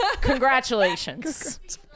Congratulations